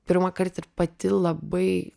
pirmąkart ir pati labai